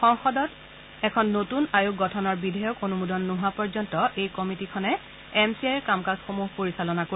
সংসদত এখন নতুন আয়োগ গঠনৰ বিধেয়ক অনুমোদন নোহোৱা পৰ্যন্ত এই কমিটীখনে এম চি আইৰ কাম কাজসমূহ পৰিচালনা কৰিব